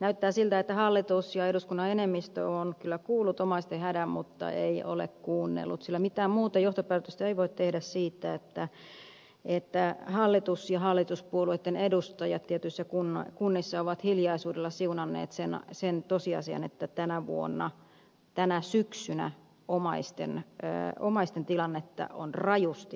näyttää siltä että hallitus ja eduskunnan enemmistö ovat kyllä kuulleet omaisten hädän mutta eivät ole kuunnelleet sillä mitään muuta johtopäätöstä ei voi tehdä siitä että hallitus ja hallituspuolueitten edustajat tietyissä kunnissa ovat hiljaisuudella siunanneet sen tosiasian että tänä syksynä omaisten tilannetta on rajusti heikennetty